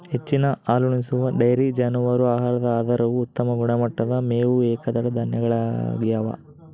ಹೆಚ್ಚಿನ ಹಾಲುಣಿಸುವ ಡೈರಿ ಜಾನುವಾರು ಆಹಾರದ ಆಧಾರವು ಉತ್ತಮ ಗುಣಮಟ್ಟದ ಮೇವು ಏಕದಳ ಧಾನ್ಯಗಳಗ್ಯವ